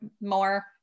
more